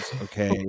okay